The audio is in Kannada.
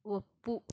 ಒಪ್ಪು